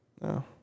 No